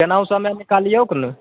केनाहु समय निकालियौक ने